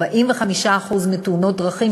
45% מתאונות דרכים,